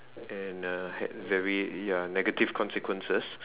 and uh had very ya negative consequences